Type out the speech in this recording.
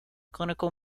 clinical